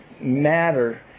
matter